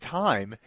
time